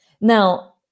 Now